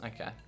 Okay